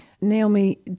Naomi